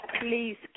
Please